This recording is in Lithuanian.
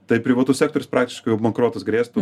tai privatus sektorius praktiškai jau bankrotas grėstų